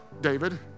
David